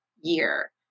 year